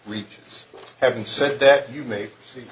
reaches having said that you may see